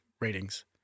ratings